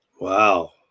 Wow